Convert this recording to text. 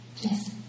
Yes